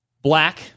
Black